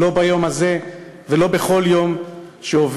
לא ביום הזה ולא בכל יום שעובר.